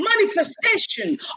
manifestation